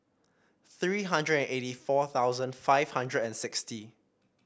three hundred and eighty four thousand five hundred and sixty